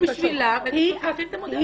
בדיוק בשבילה מפתחים את המודל הזה.